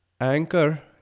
anchor